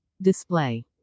Display